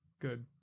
Good